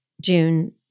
June